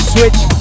Switch